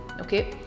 okay